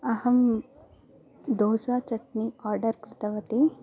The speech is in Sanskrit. अहं दोसा चट्नि आडर् कृतवती